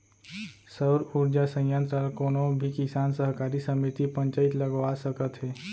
सउर उरजा संयत्र ल कोनो भी किसान, सहकारी समिति, पंचईत लगवा सकत हे